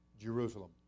Jerusalem